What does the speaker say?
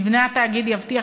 מבנה התאגיד יבטיח,